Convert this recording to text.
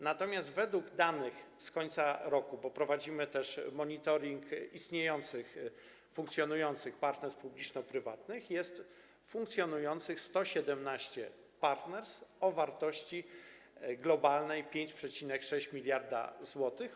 Natomiast według danych z końca roku, bo prowadzimy też monitoring istniejących, funkcjonujących partnerstw publiczno-prywatnych, jest 117 partnerstw o wartości globalnej: 5,6 mld zł.